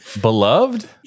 Beloved